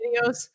videos